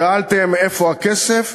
שאלתם: איפה הכסף?